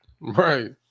Right